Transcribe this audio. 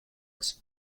its